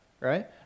right